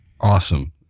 Awesome